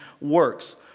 works